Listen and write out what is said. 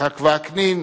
יצחק וקנין,